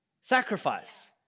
sacrifice